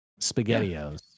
spaghettios